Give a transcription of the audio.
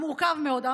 המורכב מאוד,